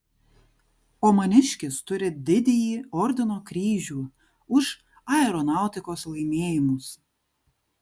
o maniškis turi didįjį ordino kryžių už aeronautikos laimėjimus